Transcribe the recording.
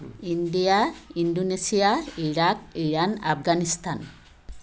India Indonesia Iraq Iran Afghanistan